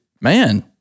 man